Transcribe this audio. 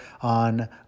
on